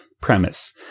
premise